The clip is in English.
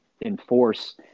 enforce